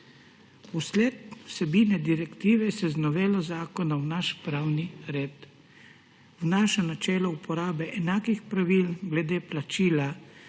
Zaradi vsebine direktive se z novelo zakona v naš pravni red vnaša načelo uporabe enakih pravil glede plačila